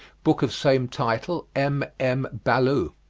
book of same title, m m. ballou.